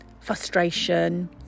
frustration